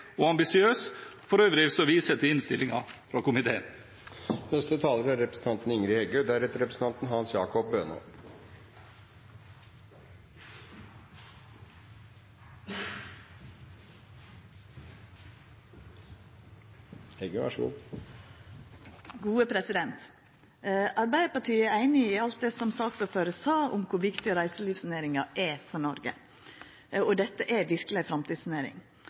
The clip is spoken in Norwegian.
og ambisiøs. For øvrig viser jeg til innstillingen fra komiteen. Arbeidarpartiet er einig i alt det som saksordføraren sa om kor viktig reiselivsnæringa er for Noreg. Dette er verkeleg ei framtidsnæring,